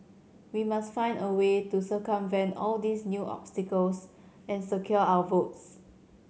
we must find a way to circumvent all these new obstacles and secure our votes